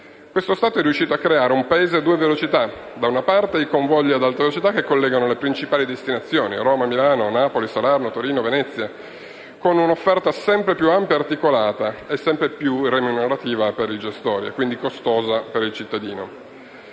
Questo Stato è riuscito a creare un Paese a due velocità: da una parte i convogli ad alta velocità che collegano le principali destinazioni (Roma, Milano, Napoli, Salerno, Torino, Venezia) con un'offerta sempre più ampia, articolata e sempre più remunerativa per i gestori e quindi costosa per il cittadino;